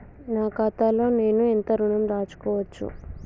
నా ఖాతాలో నేను ఎంత ఋణం దాచుకోవచ్చు?